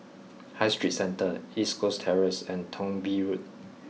High Street Centre East Coast Terrace and Thong Bee Road